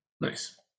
Nice